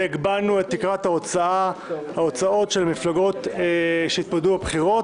והגבלנו את תקרת ההוצאות של מפלגות שיתמודדו בבחירות.